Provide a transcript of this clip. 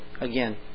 Again